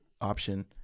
option